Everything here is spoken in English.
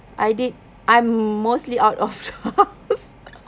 I did I'm mostly out of house